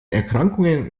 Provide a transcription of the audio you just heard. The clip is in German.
erkrankungen